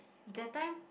that time